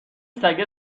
سگه